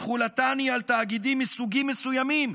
תחולתן היא על תאגידים מסוגים מסוימים,